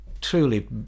truly